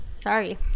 sorry